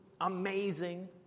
amazing